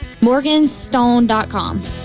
MorganStone.com